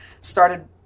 started